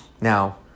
Now